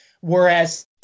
whereas –